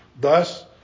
Thus